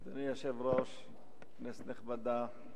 אדוני היושב-ראש, כנסת נכבדה,